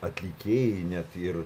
atlikėjai net ir